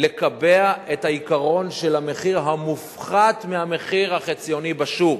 לקבע את העיקרון של המחיר המופחת מהמחיר החציוני בשוק,